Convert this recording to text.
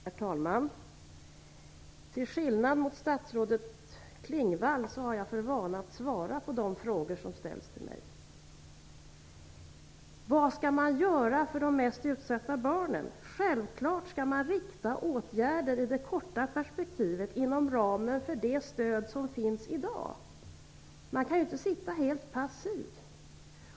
Herr talman! Till skillnad från statsrådet Klingvall har jag för vana att svara på de frågor som ställs till mig. Självklart skall man rikta åtgärder i det korta perspektivet inom ramen för det stöd som finns i dag. Man kan ju inte sitta helt passiv.